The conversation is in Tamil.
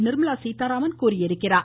நிர்மலா சீத்தாராமன் தெரிவித்திருக்கிறார்